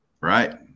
Right